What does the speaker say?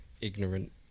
ignorant